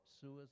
suicide